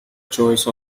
choice